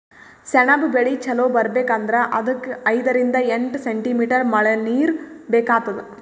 ಸೆಣಬ್ ಬೆಳಿ ಚಲೋ ಬರ್ಬೆಕ್ ಅಂದ್ರ ಅದಕ್ಕ್ ಐದರಿಂದ್ ಎಂಟ್ ಸೆಂಟಿಮೀಟರ್ ಮಳಿನೀರ್ ಬೇಕಾತದ್